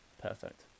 Perfect